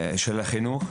החינוך.